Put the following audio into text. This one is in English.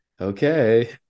Okay